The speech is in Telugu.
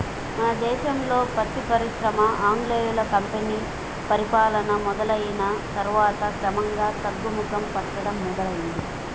మన దేశంలో పత్తి పరిశ్రమ ఆంగ్లేయుల కంపెనీ పరిపాలన మొదలయ్యిన తర్వాత క్రమంగా తగ్గుముఖం పట్టడం మొదలైంది